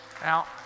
Now